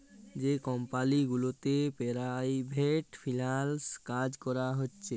যে কমপালি গুলাতে পেরাইভেট ফিল্যাল্স কাজ ক্যরা হছে